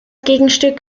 gegenstück